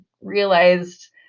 realized